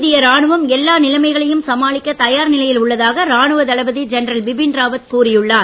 இந்திய ராணுவம் எல்லா நிலைமைகளையும் சமாளிக்க தயார் நிலையில் உள்ளதாக ராணுவ தளபதி ஜெனரல் பிபின் ராவத் கூறியுள்ளார்